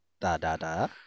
da-da-da